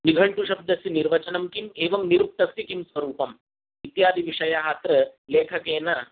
निघण्टुशब्दस्य निर्वचनं किम् एवं निरुक्तस्य किं स्वरूपम् इत्यादिविषयाः अत्र लेखकेन